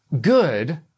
good